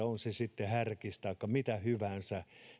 on se sitten härkis tai nyhtökaura taikka mitä hyvänsä